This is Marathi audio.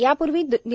यापूर्वी दि